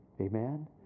Amen